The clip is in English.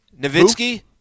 Nowitzki